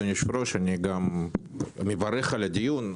אדוני היושב-ראש, אני מברך על הדיון.